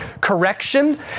correction